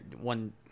one